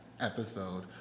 episode